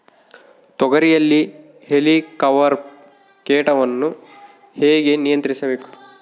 ತೋಗರಿಯಲ್ಲಿ ಹೇಲಿಕವರ್ಪ ಕೇಟವನ್ನು ಹೇಗೆ ನಿಯಂತ್ರಿಸಬೇಕು?